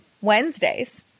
Wednesdays